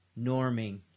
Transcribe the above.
norming